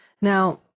Now